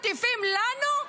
מטיפים לנו?